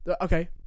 Okay